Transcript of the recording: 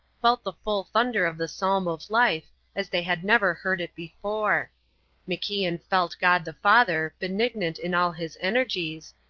felt the full thunder of the psalm of life as they had never heard it before macian felt god the father, benignant in all his energies,